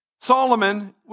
Solomon